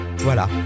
Voilà